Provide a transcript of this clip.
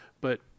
but-